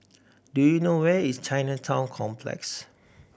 do you know where is Chinatown Complex